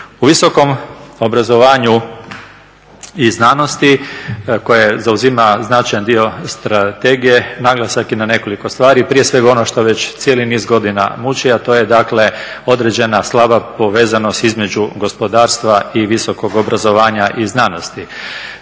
U visokom obrazovanju i znanosti koje zauzima značajan dio strategije naglasak je na nekoliko stvari, prije svega ono što već cijeli niz godina muči a to je dakle određena slaba povezanost između gospodarstva i visokog obrazovanja i znanosti.